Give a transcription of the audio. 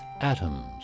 Atoms